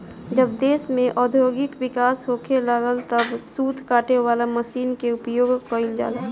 जब देश में औद्योगिक विकास होखे लागल तब सूत काटे वाला मशीन के उपयोग गईल जाला